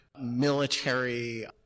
military